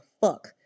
fuck